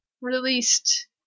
released